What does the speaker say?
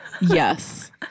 Yes